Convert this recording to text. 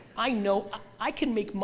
i know i can make,